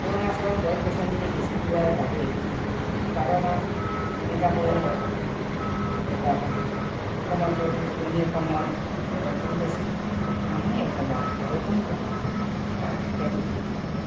অৰুনাচল গছ গছনি বেছি হোৱা বাবে বাৰ মাহ সেমেকা হৈ দেখা পাওঁ অসমতো উজনি অসমত বৰষুণ বেছি নামনি অসমত বৰষুণ কম ইত্যাদি ইত্যাদি